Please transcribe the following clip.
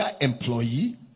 employee